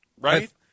Right